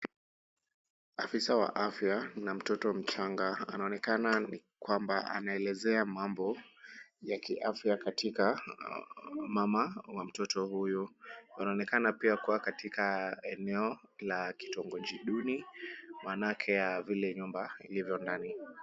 Afisa wa afya na mtoto mchanga. Anaonekana ni kwamba anaelezea mambo ya kiafya katika mama wa mtoto huyu. Anaonekana pia kuwa katika eneo la kitongoji duni, maanake ya vile nyumba ilivyo ndani.